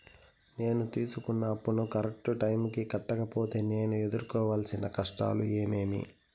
నేను తీసుకున్న అప్పును కరెక్టు టైముకి కట్టకపోతే నేను ఎదురుకోవాల్సిన కష్టాలు ఏమీమి?